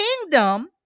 kingdom